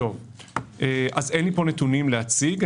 אין לי פה נתונים להציג.